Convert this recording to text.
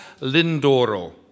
Lindoro